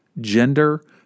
gender